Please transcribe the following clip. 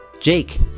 Jake